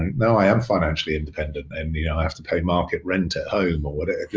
no, i am financially independent, and you know, i have to pay market rent at home or whatever.